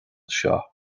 seo